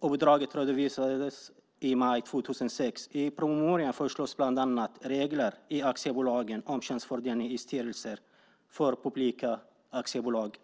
Uppdraget redovisades i maj 2006. I promemorian föreslås bland annat regler i aktiebolagen om könsfördelningen i styrelser för publika aktiebolag.